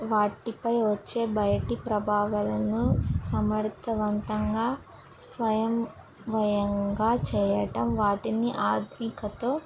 వాటిపై వచ్చే బయటి ప్రభావాలను సమర్థవంతంగా స్వయం స్వయంగా చేయటం వాటిని ఆధునికతతో